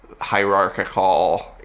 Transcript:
hierarchical